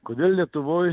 kodėl lietuvoj